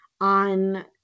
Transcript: on